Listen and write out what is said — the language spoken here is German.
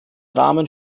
rahmen